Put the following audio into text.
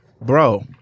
bro